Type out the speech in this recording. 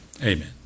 Amen